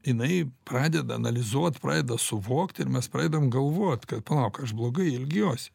jinai pradeda analizuot pradeda suvokti ir mes pradedame galvot kad palauk aš blogai elgiuosi